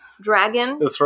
Dragon